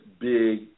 big